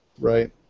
right